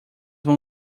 vão